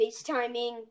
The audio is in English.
FaceTiming